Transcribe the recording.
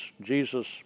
Jesus